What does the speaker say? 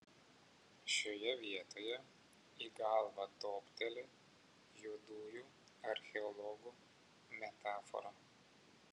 šioje vietoje į galvą topteli juodųjų archeologų metafora